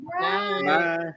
Bye